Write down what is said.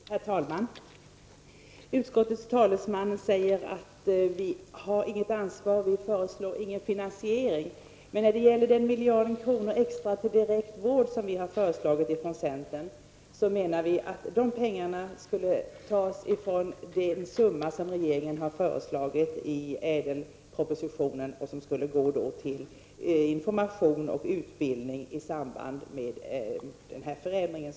Herr talman! Utskottets talesman säger att vi har inget ansvar, vi föreslår ingen finansiering. Men när det gäller den miljard kronor extra till direkt vård som centern föreslagit menar vi att de pengarna skulle tas ifrån den summa regeringen föreslagit i ÄDEL-propositionen till information och utbildning i samband med den föreslagna ändringen.